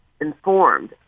informed